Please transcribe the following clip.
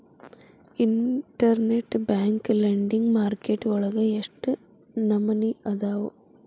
Internet bank lending market ವಳಗ ಎಷ್ಟ್ ನಮನಿಅದಾವು?